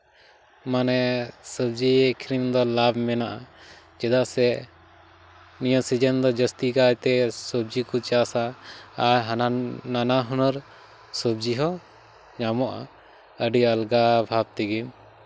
ᱢᱟᱱᱮ ᱥᱚᱵᱡᱤ ᱟᱹᱠᱷᱨᱤᱧ ᱫᱚ ᱞᱟᱵᱷ ᱢᱮᱱᱟᱜᱼᱟ ᱪᱮᱫᱟᱜ ᱥᱮ ᱱᱤᱭᱟᱹ ᱥᱤᱡᱤᱱ ᱫᱚ ᱡᱟᱹᱥᱛᱤ ᱠᱟᱭᱛᱮ ᱥᱚᱵᱡᱤ ᱠᱚ ᱪᱟᱥᱟ ᱟᱨ ᱦᱟᱱᱟ ᱱᱟᱱᱟᱦᱩᱱᱟᱹᱨ ᱥᱚᱵᱡᱤ ᱦᱚᱸ ᱧᱟᱢᱚᱜᱼᱟ ᱟᱹᱰᱤ ᱟᱞᱜᱟ ᱵᱷᱟᱵ ᱛᱮᱜᱮ